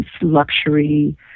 luxury